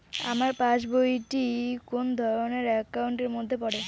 আমার পাশ বই টি কোন ধরণের একাউন্ট এর মধ্যে পড়ে?